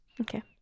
Okay